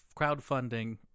crowdfunding